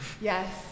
Yes